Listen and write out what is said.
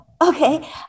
Okay